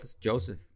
Joseph